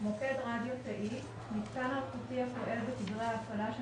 "מוקד רדיו תאי" מיתקן אלחוטי הפועל בתדרי ההפעלה של